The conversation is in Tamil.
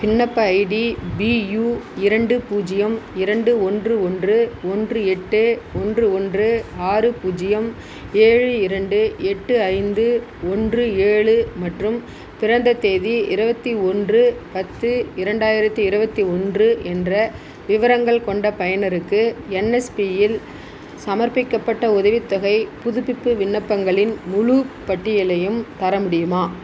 விண்ணப்ப ஐடி பி யூ இரண்டு பூஜ்ஜியம் இரண்டு ஒன்று ஒன்று ஒன்று எட்டு ஒன்று ஒன்று ஆறு பூஜ்ஜியம் ஏழு இரண்டு எட்டு ஐந்து ஒன்று ஏழு மற்றும் பிறந்த தேதி இருபத்தி ஒன்று பத்து இரண்டாயிரத்தி இருபத்தி ஒன்று என்ற விவரங்கள் கொண்ட பயனருக்கு என்எஸ்பியில் சமர்ப்பிக்கப்பட்ட உதவித்தொகை புதுப்பிப்பு விண்ணப்பங்களின் முழுப் பட்டியலையும் தர முடியுமா